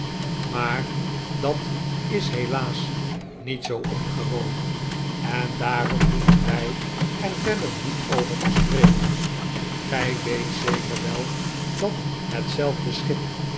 maar dat is helaas niet zoo ongewoon en daarom hoeven wij er verder niet over te spreken gij weet zeker wel dat hetzelfde schip